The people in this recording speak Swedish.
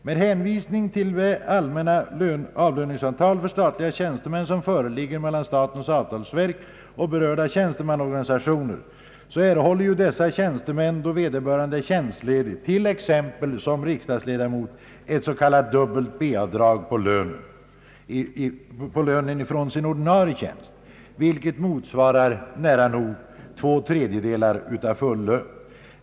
Med hänvisning till det allmänna avlöningsavtal för statliga tjänstemän som föreligger mellan statens avtalsverk och berörda tjänstemannaorganisationer erhåller dessa tjänstemän, då de är tjänstlediga för att exempelvis fullgöra uppdrag som riksdagsledamot, ett s.k. dubbelt B-avdrag på lönen från sin ordinarie tjänst. Detta motsvarar nära nog två tredjedelar av full lön.